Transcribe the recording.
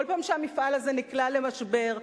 כל פעם שהמפעל הזה נקלע למשבר.